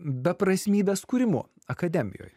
beprasmybės kūrimu akademijoj